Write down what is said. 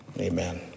Amen